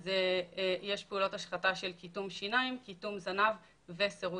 יש גם מחקר שאומר